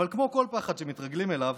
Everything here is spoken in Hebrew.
אבל כמו כל פחד שמתרגלים אליו,